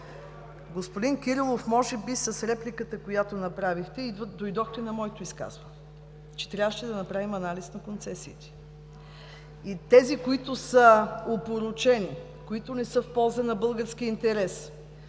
Господин Кирилов, може би с репликата, която направихте, дойдохте на моето изказване, че трябваше да направим анализ на концесиите. И тези, които са опорочени, които не са в полза на българския интерес,